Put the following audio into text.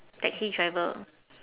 taxi driver